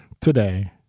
today